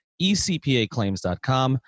ecpaclaims.com